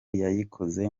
yayikoze